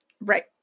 Right